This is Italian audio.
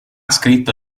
scritto